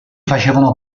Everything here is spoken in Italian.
facevano